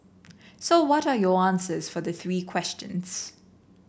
so what are your answers for the three questions